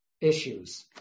issues